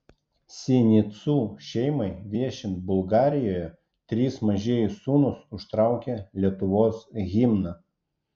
sinicų šeimai viešint bulgarijoje trys mažieji sūnūs užtraukė lietuvos himną